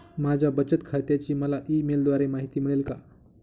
माझ्या बचत खात्याची मला ई मेलद्वारे माहिती मिळेल का?